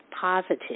positive